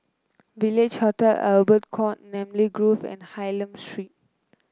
Village Hotel Albert Court Namly Grove and Hylam Street